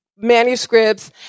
Manuscripts